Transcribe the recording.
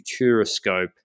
Futuroscope